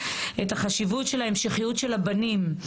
את החשיבות של ההמשכיות של הבנים,